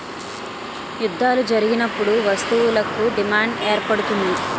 యుద్ధాలు జరిగినప్పుడు వస్తువులకు డిమాండ్ ఏర్పడుతుంది